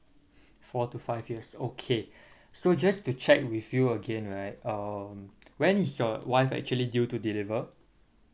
four to five years okay so just to check with you again right um when is your wife actually due to deliver